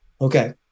okay